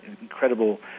incredible